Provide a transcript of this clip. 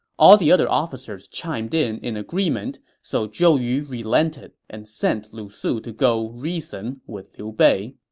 all the other officers chimed in in agreement, so zhou yu relented and sent lu su to go reason with liu bei.